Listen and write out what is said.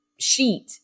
sheet